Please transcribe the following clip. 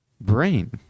brain